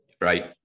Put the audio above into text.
right